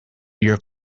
your